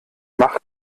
mach